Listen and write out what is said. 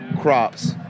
crops—